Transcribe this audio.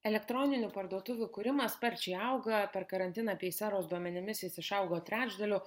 elektroninių parduotuvių kūrimas sparčiai auga per karantiną peiseros duomenimis jis išaugo trečdaliu